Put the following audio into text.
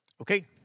Okay